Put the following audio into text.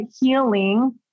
healing